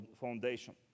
foundation